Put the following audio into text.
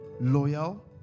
Loyal